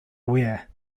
weir